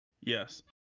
Yes